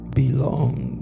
belong